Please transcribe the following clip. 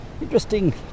interesting